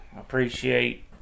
appreciate